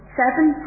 seven